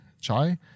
Chai